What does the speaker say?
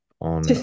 on